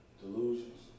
delusions